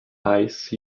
ice